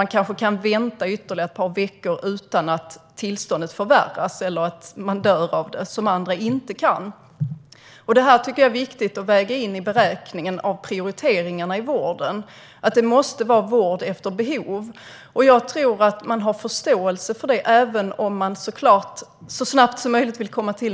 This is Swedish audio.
Man kanske kan vänta ytterligare ett par veckor utan att tillståndet förvärras eller att patienten dör av det, vilket inte är fallet i andra situationer. Jag tycker att det är viktigt att väga in detta i beräkningen av prioriteringarna i vården - vård måste ges efter behov. Jag tror att det finns förståelse för detta. Även om man såklart vill få vård så snabbt som möjligt